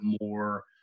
more